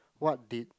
what did